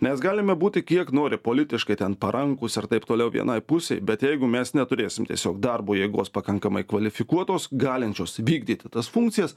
mes galime būti kiek nori politiškai ten parankūs ir taip toliau vienai pusei bet jeigu mes neturėsim tiesiog darbo jėgos pakankamai kvalifikuotos galinčios vykdyti tas funkcijas